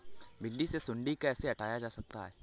भिंडी से सुंडी कैसे हटाया जा सकता है?